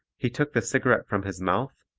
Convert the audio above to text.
he took the cigarette from his mouth,